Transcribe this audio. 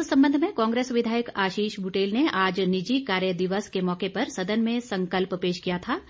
इस संबंध में कांग्रेस विधायक आशीष बुटेल ने आज निजी कार्य दिवस के मौके पर सदन में संकल्प पेश किया था